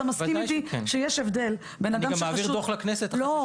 אתה מסכים איתי שיש הבדל --- אני גם מעביר דו"ח לכנסת --- לא,